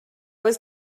was